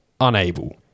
unable